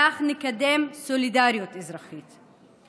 כך נקדם סולידריות אזרחית.